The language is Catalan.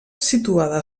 situada